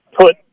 put